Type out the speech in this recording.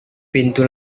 pintu